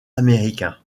américains